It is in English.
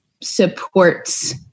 supports